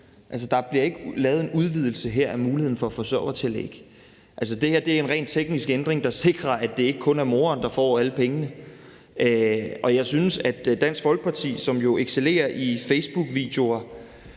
der bliver ikke lavet en udvidelse af mulighederne for forsørgertillæg her. Det her er en rent teknisk ændring, der sikrer, at det ikke kun er moren, der får alle pengene. Jeg synes, Dansk Folkeparti, som jo excellerer i facebookvideoer